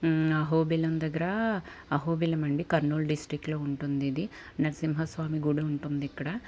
అహోబిళం దగ్గర అహోబిళం అండి కర్నూల్ డిస్టిక్లో ఉంటుంది ఇది నరసింహ స్వామి గుడి ఉంటుంది ఇక్కడ